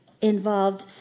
involved